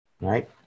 right